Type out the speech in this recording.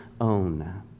own